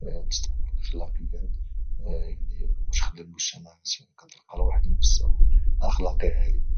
تطور اكثر اخلاقيا او تخلي المجتمعات كترقا لواحد المستوى اخلاقي عالي